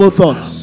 thoughts